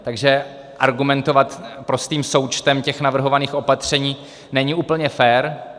Takže argumentovat prostým součtem těch navrhovaných opatření není úplně fér.